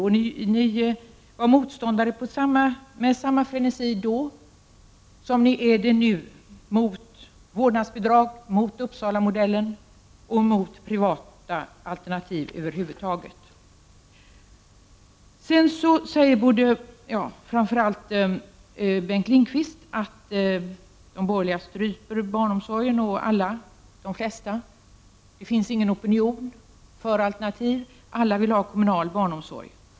Socialdemokraterna motsatte sig föräldrakooperativ med samma frenesi som de nu motsätter sig vårdnadsbidrag, Uppsalamodellen och privata alternativ över huvud taget. Framför allt Bengt Lindqvist säger att de borgerliga stryper barnomsorgen, att det inte finns någon opinion för alternativ och att alla vill ha kommunal barnomsorg.